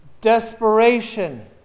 desperation